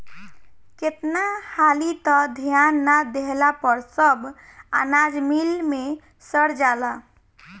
केतना हाली त ध्यान ना देहला पर सब अनाज मिल मे सड़ जाला